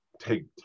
take